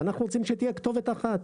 ואנחנו רוצים שתהיה כתובת אחת.